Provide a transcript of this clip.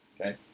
Okay